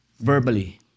verbally